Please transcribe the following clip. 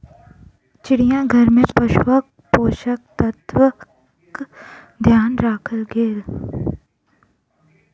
चिड़ियाघर में पशुक पोषक तत्वक ध्यान राखल गेल